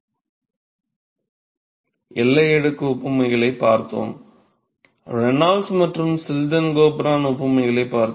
எல்லை அடுக்கு ஒப்புமைகளைப் பார்த்தோம் ரெனால்ட்ஸ் மற்றும் சில்டன் கோபர்ன் ஒப்புமைகளைப் பார்த்தோம்